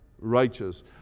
righteous